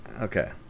okay